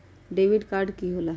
Debit card की होला?